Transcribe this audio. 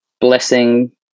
blessing